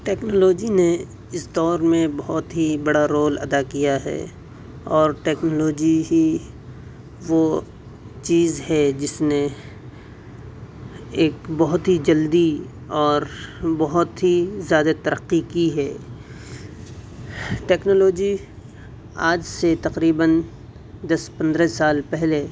technology نے اس دور میں بہت ہی بڑا ادا کیا ہے اور ٹیکنالوجی ہی وہ چیز ہے جس نے ایک بہت ہی جلدی اور بہت ہی زیادہ ترقی کی ہے ٹیکنالوجی آج سے تقریباً دس پندرہ سال پہلے